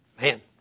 man